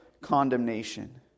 condemnation